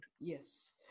Yes